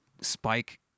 spike